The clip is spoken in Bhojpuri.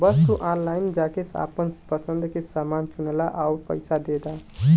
बस तू ऑनलाइन जाके आपन पसंद के समान चुनला आउर पइसा दे दा